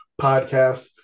podcast